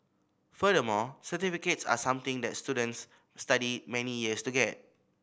furthermore certificates are something that students study many years to get